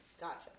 Gotcha